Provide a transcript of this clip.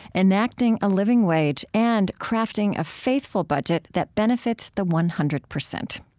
enacting a living wage, and crafting a faithful budget that benefits the one hundred percent.